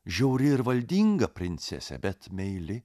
žiauri ir valdinga princesė bet meili